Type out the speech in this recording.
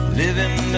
living